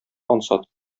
ансат